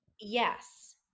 yes